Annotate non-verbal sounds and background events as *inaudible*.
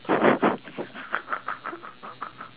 *breath* *laughs*